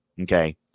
okay